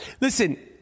listen